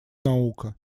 наука